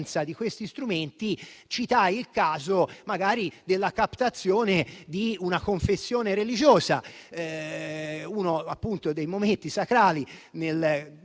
di tali strumenti, citai il caso della captazione di una confessione religiosa, uno dei momenti sacrali